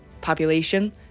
population